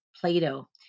plato